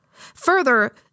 Further